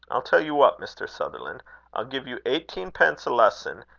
i'll tell you what, mr. sutherland i'll give you eighteenpence a lesson,